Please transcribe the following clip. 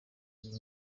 iyi